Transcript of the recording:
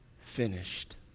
finished